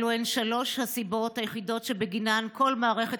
אלו שלוש הסיבות היחידות שבגינן כל מערכת